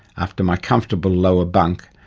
after my comfortable lower bunk,